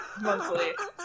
monthly